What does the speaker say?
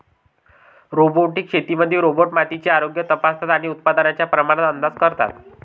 robotic शेतीमध्ये robot मातीचे आरोग्य तपासतात आणि उत्पादनाच्या प्रमाणात अंदाज करतात